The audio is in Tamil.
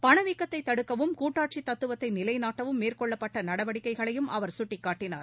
பணவீக்கத்தை தடுக்கவும் கூட்டாட்சி தத்துவத்தை நிலைநாட்டவும் மேற்கொள்ளப்பட்ட நடவடிக்கைகளையும் அவர் சுட்டிக்காட்டினார்